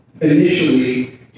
initially